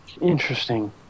Interesting